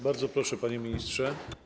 Bardzo proszę, panie ministrze.